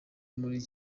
muri